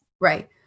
right